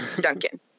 Duncan